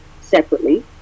separately